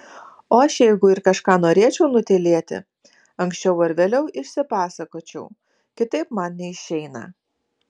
o aš jeigu ir kažką norėčiau nutylėti anksčiau ar vėliau išsipasakočiau kitaip man neišeina